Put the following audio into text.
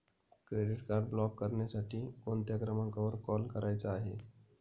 Credit card block करण्यासाठी कोणत्या क्रमांकावर कॉल करायचा आहे?